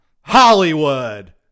Hollywood